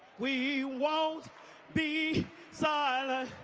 we won't be silent